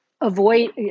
avoid